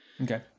Okay